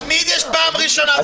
תמיד יש פעם ראשונה.